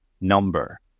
number